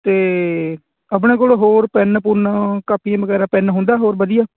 ਅਤੇ ਆਪਣੇ ਕੋਲ ਹੋਰ ਪੈੱਨ ਪੁੰਨ ਕਾਪੀਆਂ ਵਗੈਰਾ ਪੈੱਨ ਹੁੰਦਾ ਹੋਰ ਵਧੀਆ